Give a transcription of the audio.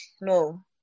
no